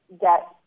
get